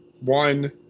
one